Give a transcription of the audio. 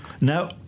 Now